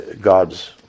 God's